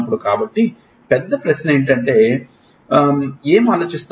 కాబట్టి పెద్ద ప్రశ్న ఏమిటంటే ఏమి ఆలోచిస్తారు